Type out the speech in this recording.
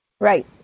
right